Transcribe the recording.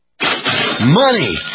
Money